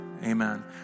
Amen